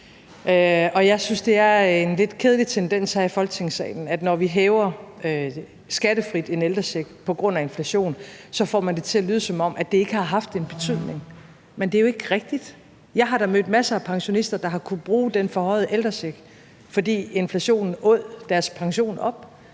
jeg synes, det er en lidt kedelig tendens her i Folketingssalen, at når vi hæver en ældrecheck skattefrit på grund af inflation, får man det til at lyde, som om det ikke har haft en betydning. Men det er jo ikke rigtigt. Jeg har da mødt masser af pensionister, der har kunnet bruge den forhøjede ældrecheck, fordi inflationen åd deres pension op.